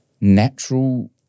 natural